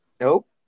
Nope